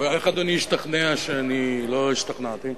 איך אדוני השתכנע שאני לא השתכנעתי?